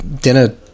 dinner